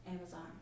Amazon